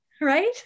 right